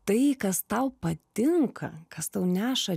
tai kas tau patinka kas tau neša